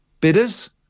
bidders